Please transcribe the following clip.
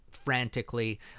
frantically